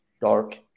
dark